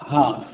हँ